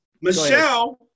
Michelle